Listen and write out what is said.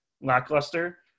lackluster